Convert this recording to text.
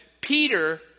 Peter